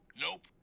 Nope